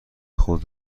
خود